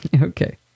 Okay